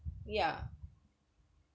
ya